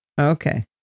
Okay